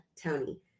Tony